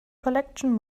collection